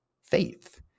faith